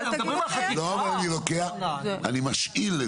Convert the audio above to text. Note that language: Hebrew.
לא, אני משאיל.